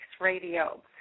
Radio